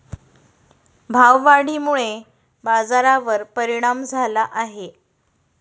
भाववाढीमुळे बाजारावर परिणाम झाला आहे